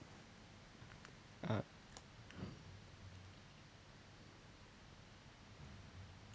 uh